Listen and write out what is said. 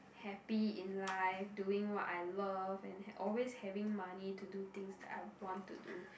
happy in life doing what I love and ha~ always having money to do things that I want to do